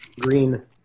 green